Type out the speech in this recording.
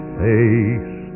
face